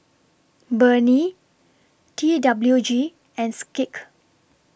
Burnie T W G and Schick